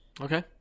Okay